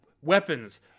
weapons